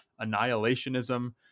annihilationism